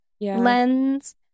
lens